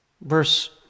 Verse